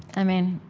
i mean,